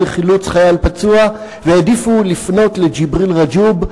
לחילוץ חייל פצוע והעדיפו לפנות לג'יבריל רג'וב,